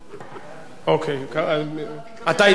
אתה התבקשת להשיב.